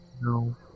No